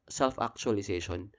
self-actualization